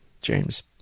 James